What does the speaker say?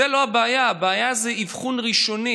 זו לא הבעיה, הבעיה זה אבחון ראשוני,